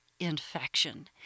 infection